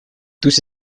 tous